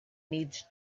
needs